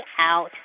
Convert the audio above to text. out